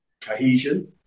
cohesion